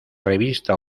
revista